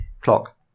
Clock